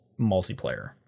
multiplayer